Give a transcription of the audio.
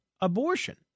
abortion